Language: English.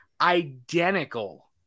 identical